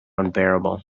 unbearable